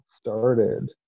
started